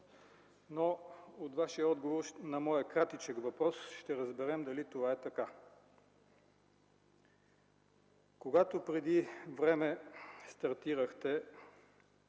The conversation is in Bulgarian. От Вашия отговор на моя кратичък въпрос ще разберем дали това е така. Когато преди време стартирахте